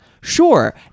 sure